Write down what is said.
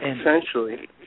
essentially